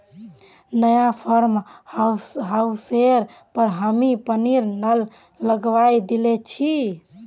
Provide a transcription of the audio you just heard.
नया फार्म हाउसेर पर हामी पानीर नल लगवइ दिल छि